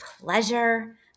pleasure